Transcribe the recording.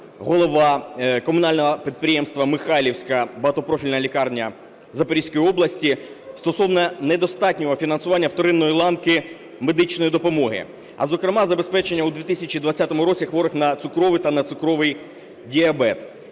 голова комунального підприємства "Михайлівська багатопрофільна лікарня" Запорізької області стосовно недостатнього фінансування вторинної ланки медичної допомоги, а, зокрема, забезпечення у 2020 році хворих на цукровий та нецукровий діабет.